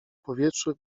powietrzu